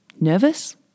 Nervous